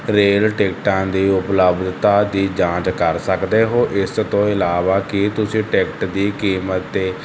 rail ਟਿਕਟਾਂ ਦੀ ਉਪਲੱਬਧਤਾ ਦੀ ਜਾਂਚ ਕਰ ਸਕਦੇ ਹੋ ਇਸ ਤੋਂ ਇਲਾਵਾ ਕੀ ਤੁਸੀਂ ਟਿਕਟ ਦੀ ਕੀਮਤ 'ਤੇ